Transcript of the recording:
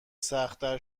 سختتر